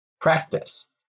practice